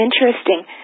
Interesting